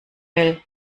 will